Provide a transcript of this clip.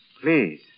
Please